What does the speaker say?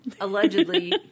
Allegedly